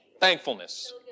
Thankfulness